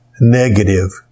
negative